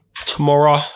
Tomorrow